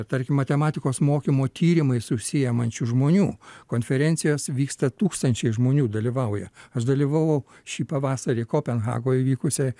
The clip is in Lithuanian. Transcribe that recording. tarkim matematikos mokymo tyrimais užsiimančių žmonių konferencijos vyksta tūkstančiai žmonių dalyvauja aš dalyvavau šį pavasarį kopenhagoj vykusioj